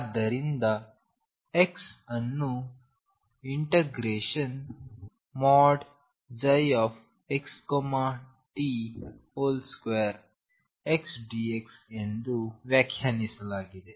ಆದ್ದರಿಂದ ⟨x⟩ ಅನ್ನು ∫xt2 x dx ಎಂದು ವ್ಯಾಖ್ಯಾನಿಸಲಾಗಿದೆ